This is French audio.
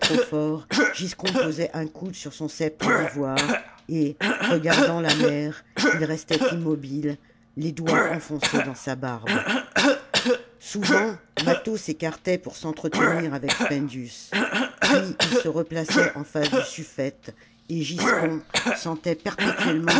giscon posait un coude sur son sceptre d'ivoire et regardant la mer il restait immobile les doigts enfoncés dans sa barbe souvent mâtho s'écartait pour s'entretenir avec spendius puis il se replaçait en face du sufifete et giscon sentait perpétuellement